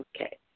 Okay